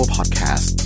Podcast